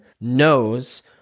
knows